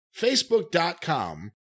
Facebook.com